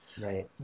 Right